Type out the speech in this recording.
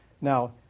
now